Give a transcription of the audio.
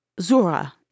Zura